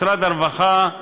משרד הרווחה,